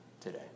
today